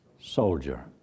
soldier